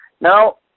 Now